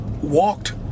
walked